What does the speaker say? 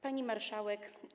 Pani Marszałek!